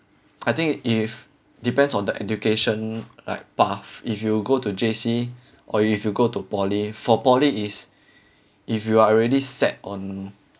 I think if depends on the education like path if you go to J_C or if you go to poly for poly is if you are already set on